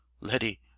letty